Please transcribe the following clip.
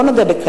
בואו נודה בכך,